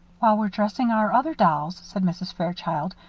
while we're dressing our other dolls, said mrs. fairchild,